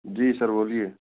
جی sir بولیے